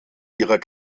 ihrer